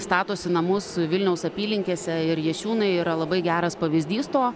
statosi namus vilniaus apylinkėse ir jašiūnai yra labai geras pavyzdys to